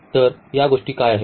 तर या गोष्टी काय आहेत